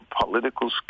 political